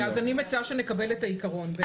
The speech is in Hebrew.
אז אני מציעה שנקבל את העיקרון.